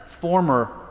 former